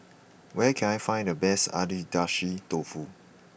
where can I find the best Agedashi dofu